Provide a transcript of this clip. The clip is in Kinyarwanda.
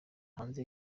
hanze